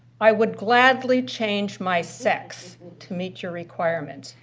i would gladly change my sex to meet your requirements.